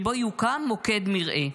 שבו יוקם מוקד מרעה,